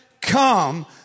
come